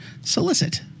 solicit